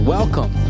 Welcome